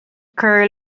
cur